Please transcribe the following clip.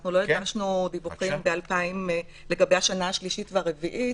אנחנו לא הגשנו דיווחים לגבי השנה השלישית והרביעית.